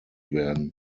werden